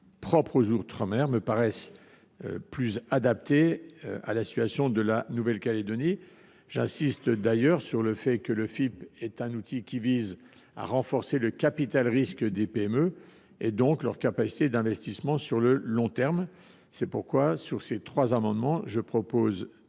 propres aux outre mer me paraissent plus adaptés à la situation de la Nouvelle Calédonie. J’insiste d’ailleurs sur le fait que le FIP est un outil visant à renforcer le capital risque des PME, et donc leur capacité d’investissement sur le long terme. La commission demande le retrait